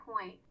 point